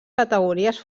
categories